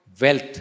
wealth